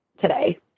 today